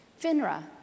FINRA